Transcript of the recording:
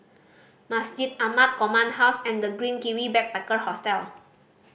Masjid Ahmad Command House and The Green Kiwi Backpacker Hostel